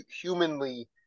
humanly